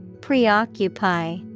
Preoccupy